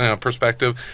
Perspective